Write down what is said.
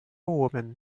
woman